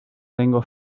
tengo